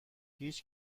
هیچ